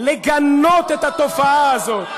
לגנות את התופעה הזאת.